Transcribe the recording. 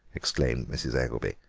exclaimed mrs. eggelby.